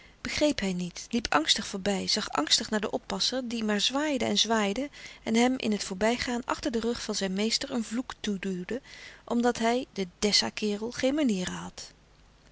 begreep hij niet liep angstig voorbij zag angstig naar den oppasser die maar zwaaide en zwaaide en hem in het voorbijgaan achter den rug van zijn meester een vloek toeduwde omdat hij de dessa kerel geen manieren had